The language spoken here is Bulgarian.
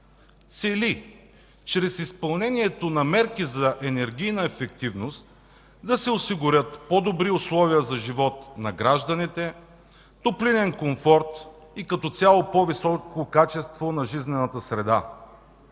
цели чрез изпълнението на мерки за енергийна ефективност да се осигурят по-добри условия за живот на гражданите, топлинен комфорт и като цяло по-високо качество на жизнената среда.